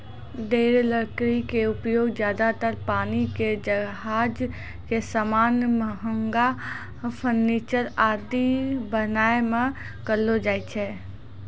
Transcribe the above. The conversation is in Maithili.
दृढ़ लकड़ी के उपयोग ज्यादातर पानी के जहाज के सामान, महंगा फर्नीचर आदि बनाय मॅ करलो जाय छै